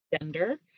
gender